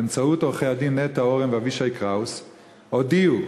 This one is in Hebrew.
באמצעות עורכי-הדין נטע אורן ואבישי קראוס הם הודיעו